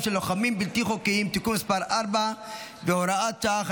של לוחמים בלתי חוקיים (תיקון מס' 4 והוראת שעה,